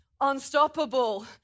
unstoppable